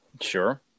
Sure